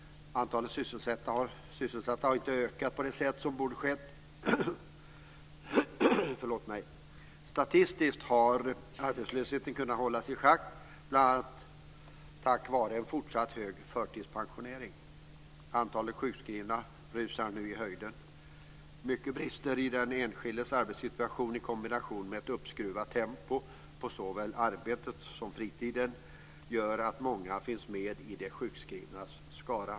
Antalet sysselsatta har inte ökat på det sätt som borde ha skett. Statistiskt har arbetslösheten kunnat hållas i schack, bl.a. tack vare en fortsatt hög förtidspensionering. Antalet sjukskrivna rusar nu i höjden. Många brister i den enskildes arbetssituation i kombination med ett uppskruvat tempo på såväl arbetet som fritiden gör att många finns med i de sjukskrivnas skara.